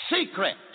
secret